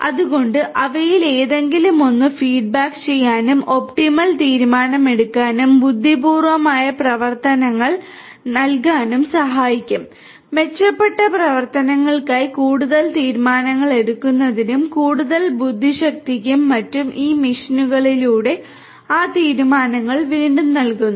അതിനാൽ അവയിൽ ഏതെങ്കിലുമൊന്ന് ഫീഡ്ബാക്ക് ചെയ്യാനും ഒപ്റ്റിമൽ തീരുമാനമെടുക്കാനും ബുദ്ധിപൂർവ്വമായ പ്രവർത്തനങ്ങൾ നൽകാനും സഹായിക്കും മെച്ചപ്പെട്ട പ്രവർത്തനങ്ങൾക്കായി കൂടുതൽ തീരുമാനങ്ങൾ എടുക്കുന്നതിനും കൂടുതൽ ബുദ്ധിശക്തിക്കും മറ്റും ഈ മെഷീനുകളിലൂടെ ആ തീരുമാനങ്ങൾ വീണ്ടും നൽകുന്നു